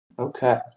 Okay